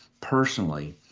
personally